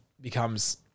becomes